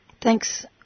Thanks